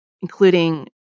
including